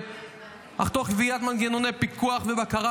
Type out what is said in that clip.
אך תוך קביעת מנגנוני פיקוח ובקרה